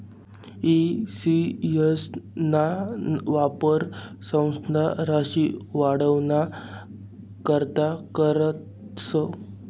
E C S ना वापर संस्था राशी वाढावाना करता करतस